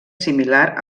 similar